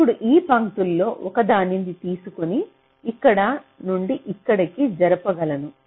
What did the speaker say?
ఇప్పుడు ఈ పంక్తులలో ఒకదానిని తీసుకుని ఇక్కడ నుండి ఇక్కడికి జరపగలను